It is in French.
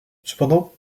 cependant